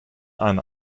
einen